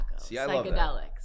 psychedelics